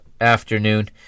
afternoon